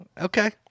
Okay